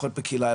לפחות בקהילה,